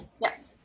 Yes